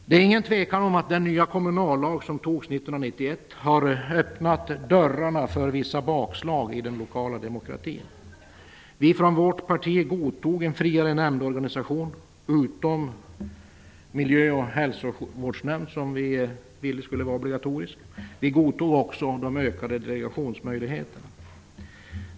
Det är ingen tvekan om att den nya kommunallag som antogs 1991 har öppnat dörrarna för vissa bakslag i den lokala demokratin. Vårt parti godtog en friare nämndorganisation utom när det gällde miljö och hälsovårdsnämnd, som vi ville skulle vara obligatorisk. Vi godtog också de ökade delegationsmöjligheterna.